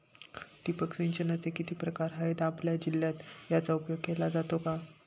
ठिबक सिंचनाचे किती प्रकार आहेत? आपल्या जिल्ह्यात याचा उपयोग केला जातो का?